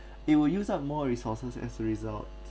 it will use up more resources as a result